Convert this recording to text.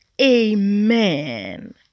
Amen